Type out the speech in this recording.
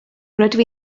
rydw